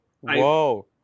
whoa